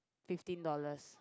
fifteen dollars